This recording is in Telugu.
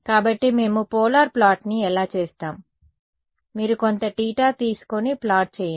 కాబట్టి మేము పోలార్ ప్లాట్ని ఎలా చేస్తాం మీరు కొంత తీటా తీసుకొని ప్లాట్ చేయండి